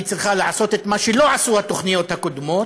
היא צריכה לעשות את מה שלא עשו התוכניות הקודמות,